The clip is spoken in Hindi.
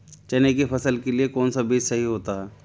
चने की फसल के लिए कौनसा बीज सही होता है?